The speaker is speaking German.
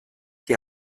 die